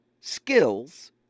skills